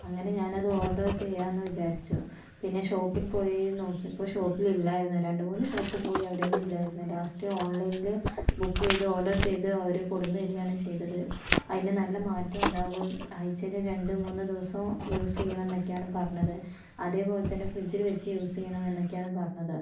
അങ്ങനെ ഞാനത് ഓർഡർ ചെയ്യാന്നു വിചാരിച്ചു പിന്നെ ഷോപ്പിൽ പോയി നോക്കിയപ്പോൾ ഷോപ്പിലില്ലായിരുന്നു രണ്ട് മൂന്നു ഷോപ്പ് പോയി അവിടെയൊന്നും ഇല്ലായിരുന്നു ലാസ്റ്റ് ഓൺലൈനില് ബുക്കെയ്ത് ഓർഡർ ചെയ്ത് അവര് കൊണ്ടുന്നു തരാണ് ചെയ്തത് അയിൻ്റെ നല്ല മാറ്റവും ഉണ്ടാകും ആഴ്ചയില് രണ്ടു മൂന്നു ദിവസം യൂസെയ്യണം എന്നൊക്കെയാണ് പറഞ്ഞത് അതേപോലെ തന്നെ ഫ്രിഡ്ജില് വെച്ച് യൂസെയ്യണം എന്നൊക്കെയാണ് പറഞ്ഞത്